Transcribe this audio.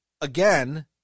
again